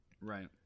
right